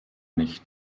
nicht